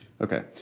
Okay